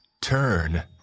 Turn